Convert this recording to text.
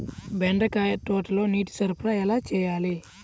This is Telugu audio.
బెండకాయ తోటలో నీటి సరఫరా ఎలా చేయాలి?